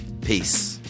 Peace